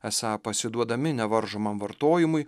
esą pasiduodami nevaržomam vartojimui